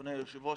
אדוני היושב-ראש.